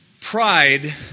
Pride